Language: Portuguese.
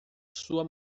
sua